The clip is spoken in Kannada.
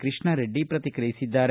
ಕೃಷ್ಣಾರೆಡ್ಡಿ ಪ್ರತಿಕ್ರಿಯಿಸಿದ್ದಾರೆ